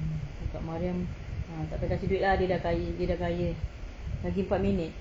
hmm cakap mariam uh tak payah kasih duit dia dah kaya lagi empat minute